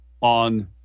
on